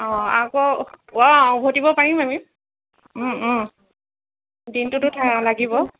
অঁ আকৌ অঁ উভতিব পাৰিম আমি দিনটোতো লাগিব